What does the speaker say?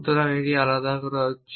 সুতরাং এটি আলাদা করা হচ্ছে